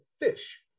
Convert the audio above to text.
Fish